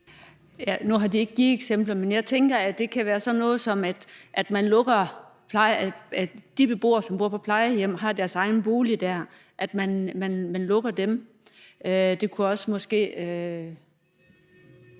Nu har de ikke givet eksempler, men jeg tænker, at det kan være sådan noget, som angår de beboere, der bor på et plejehjem og har deres egen bolig der, og hvor man lukker plejehjemmet.